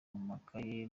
amakaye